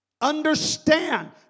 Understand